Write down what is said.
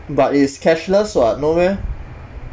but it's cashless [what] no meh